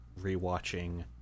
rewatching